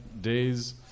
days